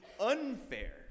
unfair